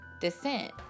descent